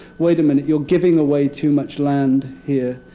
wait a minute, you're giving away too much land, here